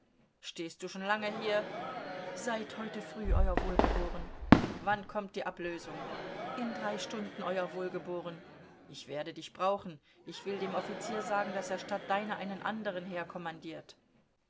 stehst du schon lange hier seit heute früh euer wohlgeboren wann kommt die ablösung in drei stunden euer wohlgeboren ich werde dich brauchen ich will dem offizier sagen daß er statt deiner einen anderen